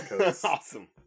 Awesome